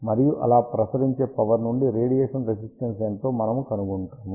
మరియు అలా ప్రసరించే పవర్ నుండి రేడియేషన్ రెసిస్టెన్స్ ఎంతో మనము కనుగొంటాము